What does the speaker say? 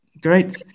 Great